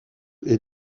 est